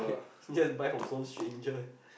just buy from some stranger